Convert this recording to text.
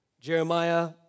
Jeremiah